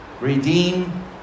redeem